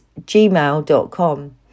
gmail.com